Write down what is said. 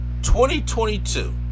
2022